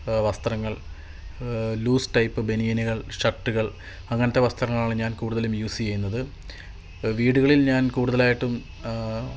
വസ്ത്രങ്ങൾ loose type ബനിയനുകൾ ഷർട്ടുകൾ അങ്ങനത്തെ വസ്ത്രങ്ങളാണ് ഞാൻ കൂടുതലും യൂസ് ചെയ്യുന്നത് വീടുകളിൽ ഞാൻ കൂടുതലായിട്ടും